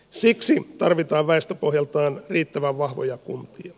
siksi tarvitaan väestöpohjaltaan riittävän vahvoja kuntia